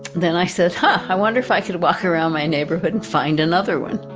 then i said, huh, i wonder if i could walk around my neighborhood and find another one.